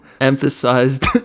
emphasized